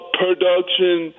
production